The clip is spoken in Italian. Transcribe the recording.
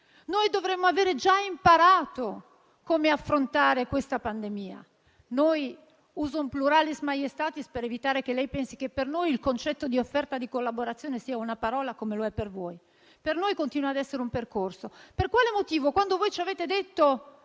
Noi dovremmo avere già imparato come affrontare questa pandemia. Uso il plurale *maiestatis* per evitare che lei pensi che, per noi, il concetto di offerta di collaborazione sia una parola come lo è per voi, mentre per noi continua a essere un percorso. Quando avete detto